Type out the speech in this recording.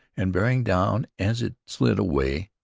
and bearing down as it slid away,